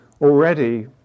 already